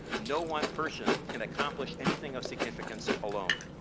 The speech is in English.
no one person can accomplish anything of significance alone.